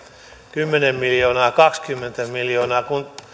kymmenen viiva kaksikymmentä miljoonaa kun